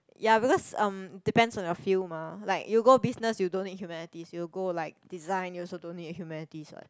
ya because um depends on your field mah like you go business you don't need humanities you go like design you also don't need humanities what